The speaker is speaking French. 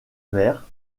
mère